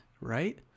Right